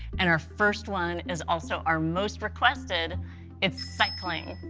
and our first one is also our most requested it's cycling.